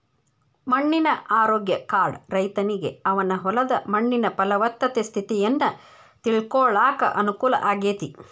ಮಣ್ಣಿನ ಆರೋಗ್ಯ ಕಾರ್ಡ್ ರೈತನಿಗೆ ಅವನ ಹೊಲದ ಮಣ್ಣಿನ ಪಲವತ್ತತೆ ಸ್ಥಿತಿಯನ್ನ ತಿಳ್ಕೋಳಾಕ ಅನುಕೂಲ ಆಗೇತಿ